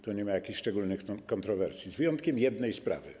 Tu nie ma jakichś szczególnych kontrowersji z wyjątkiem jednej sprawy.